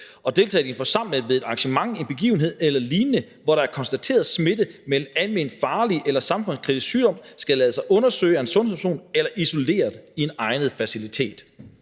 deltaget i en forsamling, ved et arrangement, en begivenhed eller lignende, hvor der er konstateret smitte med en alment farlig eller samfundskritisk sygdom, skal lade sig undersøge af en sundhedsperson eller isolere i en egnet facilitet.